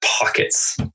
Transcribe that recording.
pockets